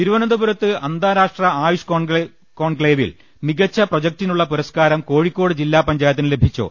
തിരുവനന്തപുരത്ത് അന്താരാഷ്ട്ര ആയുഷ് കോൺക്ലേവിൽ മികച്ച പ്രൊജക്ടിനുള്ള പുരസ്കാരം കോഴിക്കോട് ജില്ലാ പഞ്ചാ യത്തിന് ലഭിച്ചു